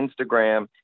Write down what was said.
Instagram